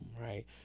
right